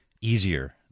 easier